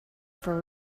for